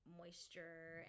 moisture